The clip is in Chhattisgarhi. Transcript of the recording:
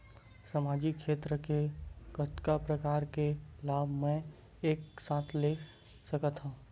सामाजिक क्षेत्र के कतका प्रकार के लाभ मै एक साथ ले सकथव?